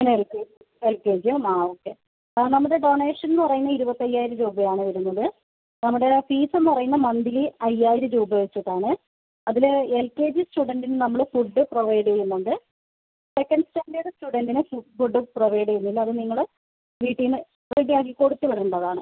അ L K G ആ okay നമ്മുടെ donation എന്ന് പറയുമ്പോൾ ഇരുപത്തി അയ്യായിരം രൂപയാണ് വരുന്നത് നമ്മുടെ ഫീസ് എന്ന് പറയുന്നത് മന്തിലി അയ്യായിരം രൂപ വെച്ചിട്ടാണ് അതിൽ എൽ കെ ജി സ്റുഡൻറ്റിന് നമ്മൾ ഫുഡ് പ്രൊവൈഡ് ചെയ്യുന്നുണ്ട് സെക്കൻഡ് സ്റ്റാൻഡേർഡ് സ്റ്റുഡൻറ്റിന് നമ്മൾ ഫുഡ് പ്രൊവൈഡ് ചെയ്യുന്നില്ല അത് നിങ്ങൾ വീട്ടിൽ നിന്ന് റെഡി ആക്കി കൊടുത്ത് വിടേണ്ടതാണ്